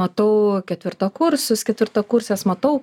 matau ketvirtakursius ketvirtakurses matau